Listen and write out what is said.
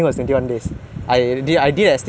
twenty one days is is there anything significance